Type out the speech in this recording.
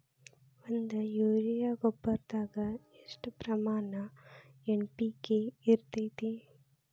ಒಂದು ಯೂರಿಯಾ ಗೊಬ್ಬರದಾಗ್ ಎಷ್ಟ ಪ್ರಮಾಣ ಎನ್.ಪಿ.ಕೆ ಇರತೇತಿ?